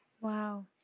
Wow